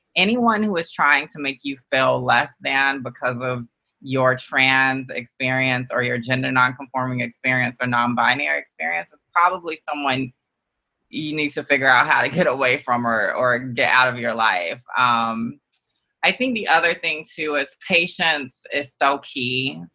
anyone who is trying to make you feel less than because of of your trans experience, or your gender nonconforming experience, or non-binary experience is probably someone you need to figure out how to get away from, or or get out of your life. um i think the other thing too is patience is so key.